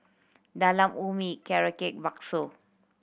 Talam Ubi Carrot Cake bakso